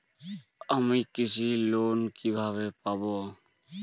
আমি কৃষি লোন কিভাবে পাবো?